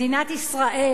מדינת ישראל,